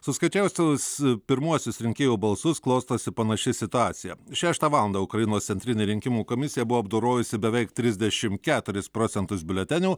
suskaičiavus tuos pirmuosius rinkėjų balsus klostosi panaši situacija šeštą valandą ukrainos centrinė rinkimų komisija buvo apdorojusi beveik trisdešim keturis procentus biuletenių